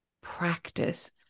practice